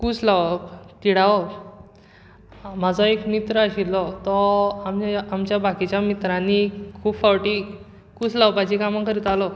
कूस लावप तिडावप म्हजो एक मित्र आशिल्लो तो आमया आमच्या बाकिच्या मित्रांनी खूब फावटीं कूस लावपाचीं कामां करतालो